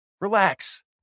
Relax